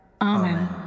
Amen